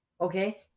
Okay